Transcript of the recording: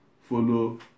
follow